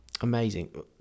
Amazing